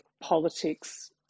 politics